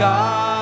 God